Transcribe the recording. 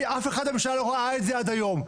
כי אף אחד לא ראה את זה עד היום.